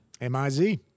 M-I-Z